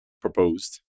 proposed